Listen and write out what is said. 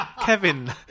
Kevin